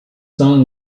son